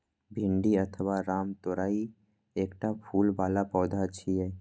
भिंडी अथवा रामतोरइ एकटा फूल बला पौधा छियै